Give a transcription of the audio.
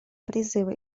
призыва